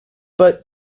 but